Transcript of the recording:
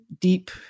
deep